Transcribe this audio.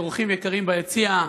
אורחים יקרים ביציע,